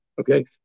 Okay